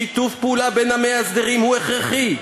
שיתוף פעולה בין המאסדרים הוא הכרחי.